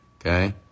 okay